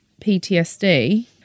PTSD